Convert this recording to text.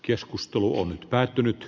keskustelu on päättynyt